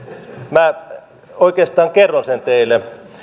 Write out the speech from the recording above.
minä oikeastaan kerron sen teille